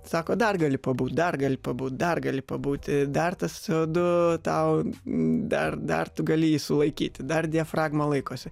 sako dar gali pabūt dar gali pabūt dar gali pabūt dar tas co du tau dar dar tu gali jį sulaikyti dar diafragma laikosi